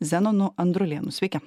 zenonu andrulėnu sveiki